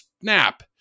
snap